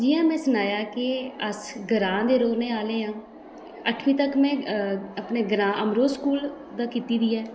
जि'यां में सनाया केह् अस ग्रांऽ दे रौह्ने आह्ले आं अठमीं तक में अपने ग्रांऽ अमरो स्कूल दा कित्ती दी ऐ